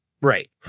Right